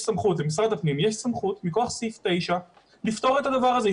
למשרד הפנים יש סמכות מכוח סעיף 9 לפתור את הדבר הזה.